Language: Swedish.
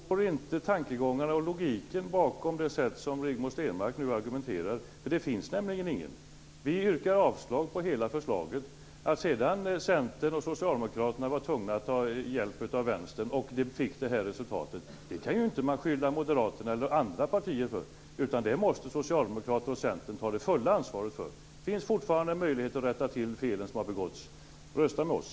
Fru talman! Jag förstår inte tankegångarna och logiken bakom det sätt som Rigmor Stenmark nu argumenterar. Det finns nämligen ingen. Vi yrkar avslag på hela förslaget. Att sedan Centern och Socialdemokraterna var tvungna att ta hjälp av Vänstern och att det fick det här resultatet kan man ju inte skylla Moderaterna eller andra partier för. Det måste Socialdemokraterna och Centern ta det fulla ansvaret för. Det finns fortfarande en möjlighet att rätta till de fel som har begåtts. Rösta med oss!